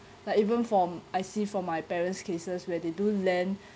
like even from I see from my parents' cases where they do lend